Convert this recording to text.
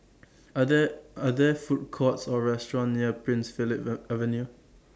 Are There Are There Food Courts Or restaurants near Prince Philip Are Avenue